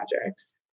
projects